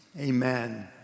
amen